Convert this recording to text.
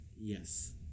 yes